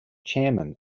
chairman